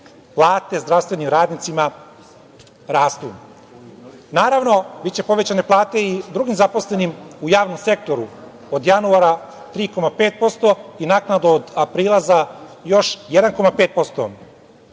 plate zdravstvenim radnicima rastu. Naravno, biće povećane plate i drugim zaposlenima u javnom sektoru od januara 3,5% i naknadno od aprila za još 1,5%.